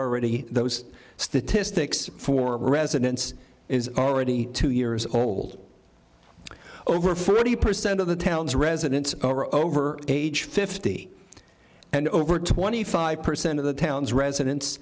already those statistics for residents is already two years old over forty percent of the town's residents are over age fifty and over twenty five percent of the town's residents